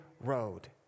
road